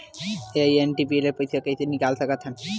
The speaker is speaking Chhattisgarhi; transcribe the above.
एन.ई.एफ.टी ले पईसा कइसे निकाल सकत हन?